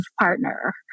partner